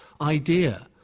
idea